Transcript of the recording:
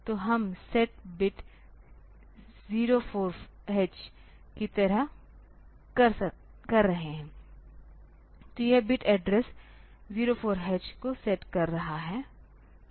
तो हम set bit 0 4 h की तरह कर रहे हैं तो यह बिट एड्रेस 04 h को सेट कर रहा होगा